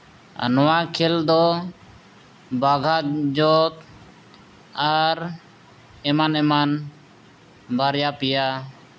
ᱟᱨ ᱱᱚᱣᱟ ᱠᱷᱮᱞ ᱫᱚ ᱵᱟᱜᱟᱱ ᱡᱚᱛ ᱟᱨ ᱮᱢᱟᱱ ᱮᱢᱟᱱ ᱵᱟᱨᱭᱟ ᱯᱮᱭᱟ